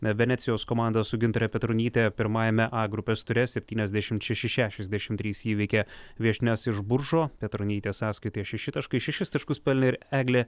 venecijos komanda su gintare petronyte pirmajame a grupės ture septyniasdešimt šeši šešiasdešimt trys įveikė viešnias iš buržo petronytės sąskaitoje šeši taškai šešis taškus pelnė ir eglė